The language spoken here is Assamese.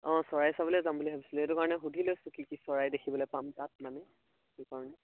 অঁ চৰাই চাবলৈ যাম বুলি ভাবিছিলোঁ সেইটো কাৰণে সুধি লৈছোঁ কি কি চৰাই দেখিবলৈ পাম তাত মানে সেইকাৰণে